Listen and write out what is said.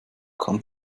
kann